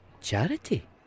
Charity